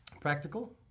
practical